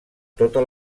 tota